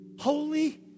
Holy